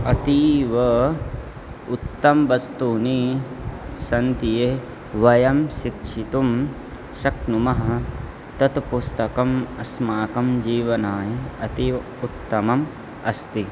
अतीव उत्तमं वस्तूनि सन्ति ये वयं शिक्षितुं शक्नुमः तत् पुस्तकम् अस्माकं जीवनाय अतीव उत्तमम् अस्ति